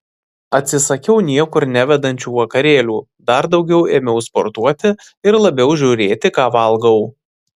atsisakiau niekur nevedančių vakarėlių dar daugiau ėmiau sportuoti ir labiau žiūrėti ką valgau